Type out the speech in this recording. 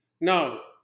No